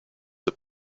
the